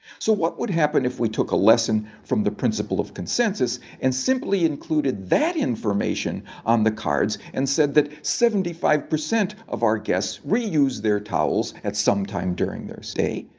so what would happen if we took a lesson from the principle of consensus and simply included that information on the cards and said that seventy five percent of our guests reuse their towels at some time during their stay.